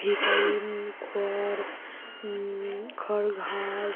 vitamin খড় খড় ঘাস